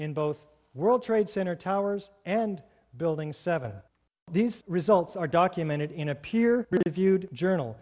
in both world trade center towers and building seven these results are documented in a peer reviewed journal